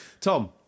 Tom